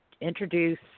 introduce